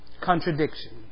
Contradiction